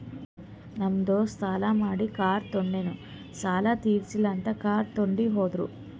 ನಮ್ ದೋಸ್ತ ಸಾಲಾ ಮಾಡಿ ಕಾರ್ ತೊಂಡಿನು ಸಾಲಾ ತಿರ್ಸಿಲ್ಲ ಅಂತ್ ಕಾರ್ ತೊಂಡಿ ಹೋದುರ್